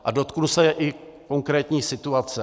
A dotknu se i konkrétní situace.